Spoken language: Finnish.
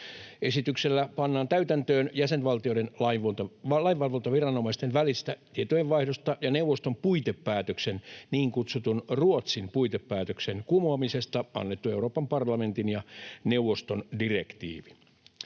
Esityksellä pannaan täytäntöön jäsenvaltioiden lainvalvontaviranomaisten välisestä tietojenvaihdosta ja neuvoston puitepäätöksen, niin kutsutun Ruotsin puitepäätöksen, kumoamisesta annettu Euroopan parlamentin ja neuvoston direktiivi.